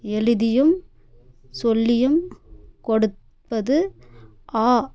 எழுதியும் சொல்லியும் கொடுப்பது ஆ